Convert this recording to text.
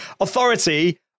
authority